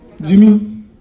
Jimmy